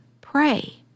Pray